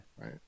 right